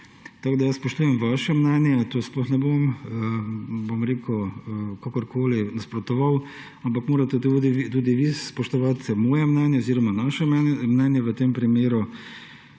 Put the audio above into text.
Tako da jaz spoštujem vaše mnenje, sploh ne bom kakorkoli nasprotoval, ampak morate tudi vi spoštovati moje mnenje oziroma naše mnenje v tem primeru,